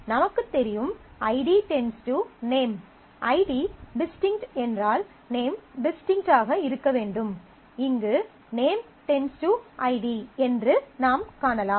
நமக்குத் தெரியும் ID → name id → name ID distinct என்றால் நேம் டிஸ்டிங்க்ட் ஆக இருக்க வேண்டும் இங்கு நேம் → ஐடி name id என்றும் நாம் காணலாம்